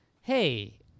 hey